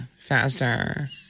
faster